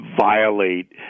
violate